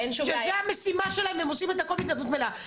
שזה המשימה שלהם והם עושים את הכול בהתנדבות מלאה.